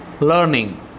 learning